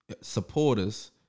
Supporters